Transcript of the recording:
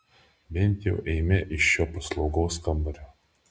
bent jau eime iš šio slogaus kambario